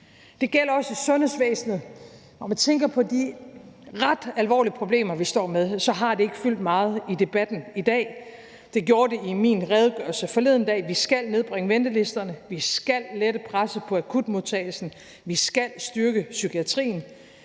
Det gælder også i sundhedsvæsenet. Når man tænker på de ret alvorlige problemer, vi står med, så har det ikke fyldt meget i debatten i dag. Det gjorde det i min redegørelse forleden dag. Vi skal nedbringe ventelisterne. Vi skal lette presset på akutmodtagelsen. Vi skal styrke psykiatrien.